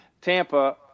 Tampa